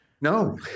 No